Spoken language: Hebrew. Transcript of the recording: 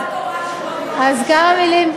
אז כמה מילים,